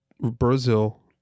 Brazil